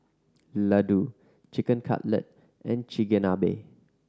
Ladoo Chicken Cutlet and Chigenabe